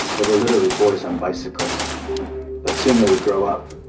there were literally boys on bicycles but soon they would grow up,